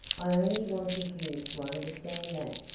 i only wanted you to understand that,